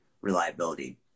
reliability